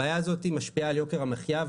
הבעיה הזאת משפיעה על יוקר המחיה,